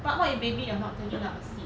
but what if baby they are not taking up the seat